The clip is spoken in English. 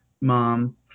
mom